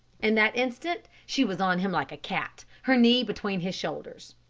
in that instant she was on him like a cat, her knee between his shoulders.